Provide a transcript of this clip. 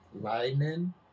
Lightning